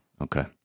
Okay